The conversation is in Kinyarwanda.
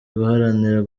guharanira